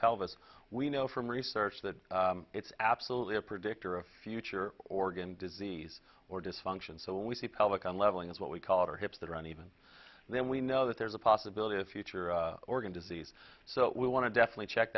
pelvis we know from research that it's absolutely a predictor of future organ disease or dysfunction so we see pelican leveling as what we call her hips that are on even then we know that there's a possibility of future organ disease so we want to definitely check